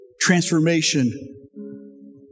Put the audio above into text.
transformation